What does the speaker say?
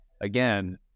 again